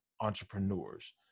entrepreneurs